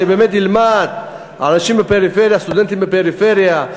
שבאמת ילמדו הסטודנטים מהפריפריה,